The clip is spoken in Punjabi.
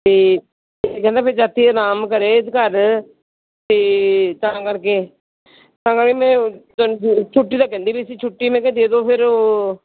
ਅਤੇ ਕਹਿੰਦਾ ਫਿਰ ਜਦ ਤਾਈ ਅਰਾਮ ਕਰੇ ਘਰ ਅਤੇ ਤਾਂ ਕਰਕੇ ਤਾਂ ਕਰਕੇ ਮੈਂ ਛੁੱਟੀ ਦਾ ਕਹਿੰਦੀ ਪਈ ਸੀ ਛੁੱਟੀ ਮੈਂ ਕਿਹਾ ਦੇ ਦਿਓ ਫਿਰ